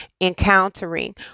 encountering